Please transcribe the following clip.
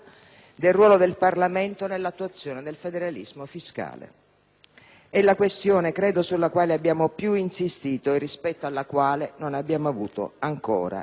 È la questione sulla quale abbiamo più insistito e rispetto alla quale non abbiamo avuto ancora risposte sufficienti e rassicuranti,